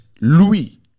louis